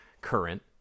current